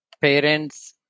parents